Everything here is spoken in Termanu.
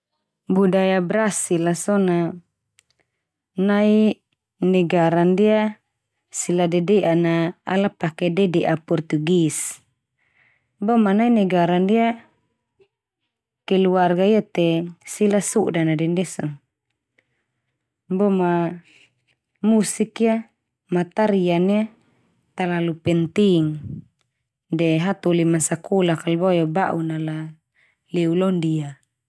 Budaya Brazil a so na nai negara ndia sila dede'an na ala pake dede'a Portugis. Bo ma nai negara ndia keluarga ia te sila sodan na den ndia so. Bo ma musik ia ma tarian ia talalu penting de hatoli mansakolak kal boe o ba'un na leu lo ndia.